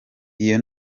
iyo